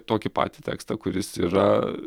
tokį patį tekstą kuris yra